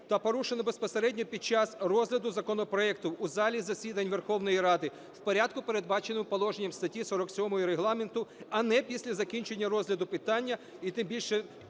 та порушено безпосередньо під час розгляду законопроекту у залі засідань Верховної Ради в порядку, передбаченому положенням статті 47 Регламенту, а не після закінчення розгляду питання, і тим більше,